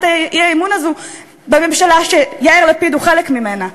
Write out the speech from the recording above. האי-אמון הזו בממשלה שיאיר לפיד הוא חלק ממנה.